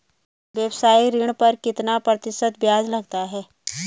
व्यावसायिक ऋण पर कितना प्रतिशत ब्याज लगता है?